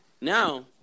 now